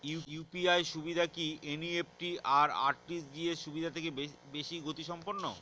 UPI সুবিধা কি NEFT আর আর.টি.জি.এস সুবিধা থেকে বেশি গতিসম্পন্ন?